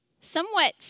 somewhat